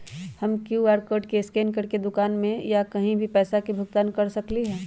हम QR code scan करके दुकान में या कहीं भी पैसा के भुगतान कर सकली ह?